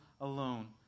alone